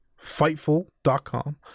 Fightful.com